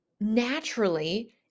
naturally